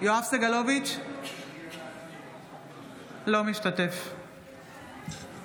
אינו משתתף בהצבעה